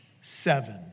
Seven